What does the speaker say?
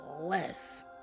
less